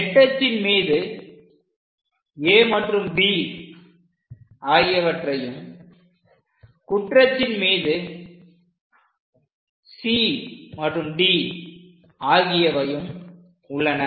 நெட்டச்சின் மீது A மற்றும் B ஆகியவையும் குற்றச்சின் மீது C மற்றும் D ஆகியவையும் உள்ளன